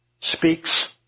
speaks